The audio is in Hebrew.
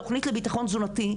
תוכנית לביטחון תזונתי,